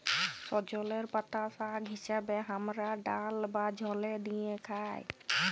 সজলের পাতা শাক হিসেবে হামরা ডাল বা ঝলে দিয়ে খাই